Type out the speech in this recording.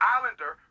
Islander